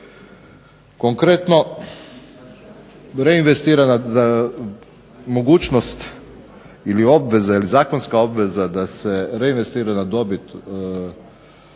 Konkretno reinvestirana mogućnost ili obveza ili zakonska obveza da se reinvestirana dobit